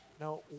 Now